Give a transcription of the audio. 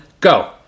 go